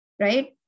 right